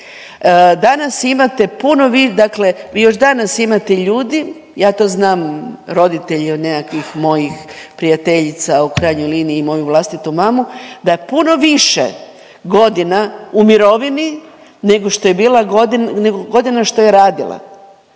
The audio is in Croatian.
Danas imate .../nerazumljivo/... dakle vi još danas imate ljudi, ja to znam, roditelji od nekakvih mojih prijateljica, u krajnjoj liniji i moju vlastitu mamu, da je puno više godina u mirovini nego godina što je radila.